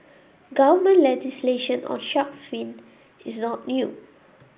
government legislation on shark's fin is not new